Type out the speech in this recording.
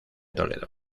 toledo